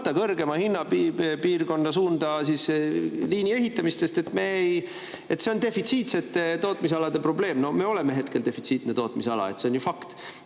kõrgema hinna piirkonna suunda liini ehitamist, et see on defitsiitsete tootmisalade probleem. No me oleme hetkel defitsiitne tootmisala, see on ju fakt.